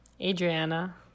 Adriana